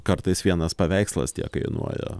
kartais vienas paveikslas tiek kainuoja